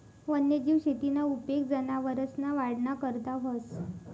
वन्यजीव शेतीना उपेग जनावरसना वाढना करता व्हस